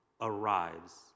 arrives